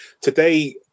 today